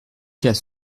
cas